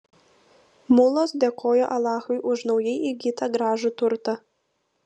mulos dėkojo alachui už naujai įgytą gražų turtą